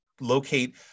locate